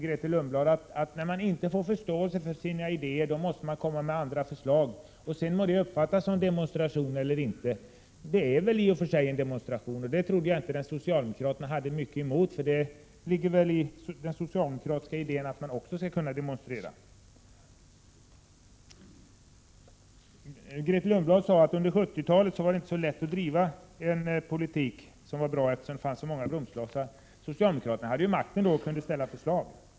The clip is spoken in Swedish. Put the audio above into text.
När man inte får förståelse för sina idéer, måste man komma med andra förslag, och sedan må det uppfattas som demonstration eller inte. Det är väl i och för sig en demonstration, och det trodde jag inte att socialdemokraterna hade mycket emot, för det ligger väl i den socialdemokratiska idén att man skall kunna demonstrera. Grethe Lundblad sade att under 70-talet var det inte så lätt att driva en politik som var bra, eftersom det fanns så många bromsklossar. Socialdemokraterna hade ju makten då och kunde ställa förslag.